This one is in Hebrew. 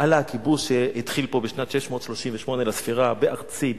הלאה הכיבוש שהתחיל פה בשנת 638 לספירה בארצי,